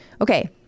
Okay